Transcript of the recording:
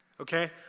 Okay